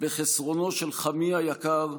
בחסרונו של חמי היקר,